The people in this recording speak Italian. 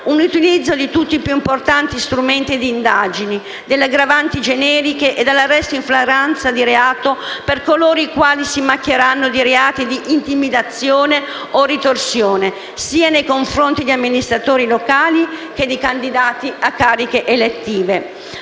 un utilizzo di tutti i più importanti strumenti di indagine, delle aggravanti generiche e dell'arresto in flagranza di reato per coloro i quali si macchieranno di reati di intimidazione o ritorsione, sia nei confronti di amministratori locali che di candidati a cariche elettive.